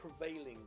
prevailing